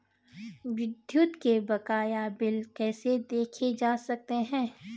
विद्युत के बकाया बिल कैसे देखे जा सकते हैं?